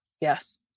Yes